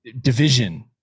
division